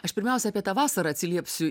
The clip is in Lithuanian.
aš pirmiausia apie tą vasarą atsiliepsiu